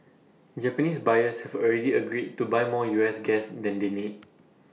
Japanese buyers have already agreed to buy more U S gas than they need